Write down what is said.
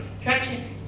traction